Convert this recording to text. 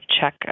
check